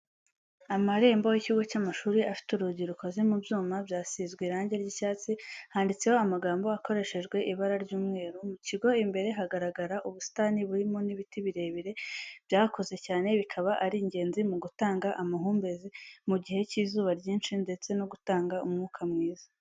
Amarembo y'ikigo cy'amashuri afite urugi rukoze mu byuma byasizwe irangi ry'icyatsi, handitseho amagambo akoreshejwe ibara ry'umweru, mu kigo imbere hagaragara ubusitani burimo n'ibiti birebire byakuze cyane bikaba ari ingenzi mu gutanga amahumbezi mu gihe cy'izuba ryinshi ndetse no gutanga umwuka mwiza.